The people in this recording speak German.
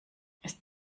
ist